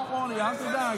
Don't worry, אל תדאג.